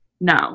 no